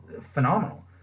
phenomenal